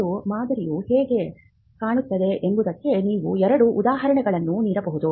ಒಂದು ಮಾದರಿಯು ಹೇಗೆ ಕಾಣುತ್ತದೆ ಎಂಬುದಕ್ಕೆ ನೀವು ಎರಡು ಉದಾಹರಣೆಗಳನ್ನು ನೋಡಬಹುದು